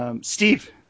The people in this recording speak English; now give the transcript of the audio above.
Steve